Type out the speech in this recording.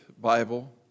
Bible